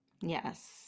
Yes